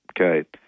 Okay